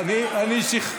אדוני היושב-ראש,